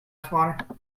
swatter